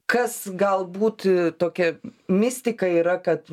kas galbūt tokia mistika yra kad